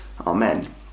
amen